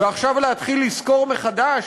ועכשיו להתחיל לשכור מחדש?